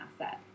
asset